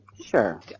sure